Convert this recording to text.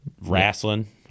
wrestling